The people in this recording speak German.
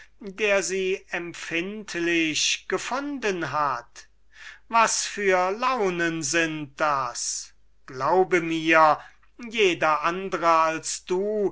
der sie empfindlich gefunden hat was für launen das sind glaube mir jeder andrer als du